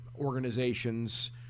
organizations